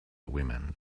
women